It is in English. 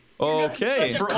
Okay